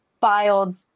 filed